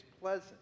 pleasant